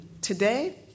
Today